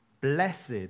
blessed